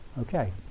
Okay